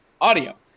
audio